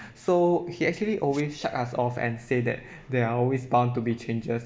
so he actually always shut us off and say that there are always bound to be changes